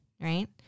right